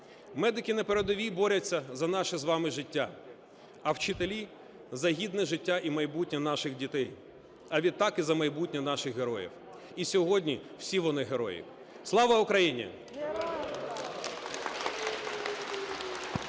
Медики на передовій борються за наше з вами життя, а вчителі за гідне життя і майбутнє наших дітей, а відтак і за майбутнє наших героїв. І сьогодні всі вони герої. Слава Україні!